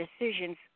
decisions